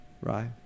right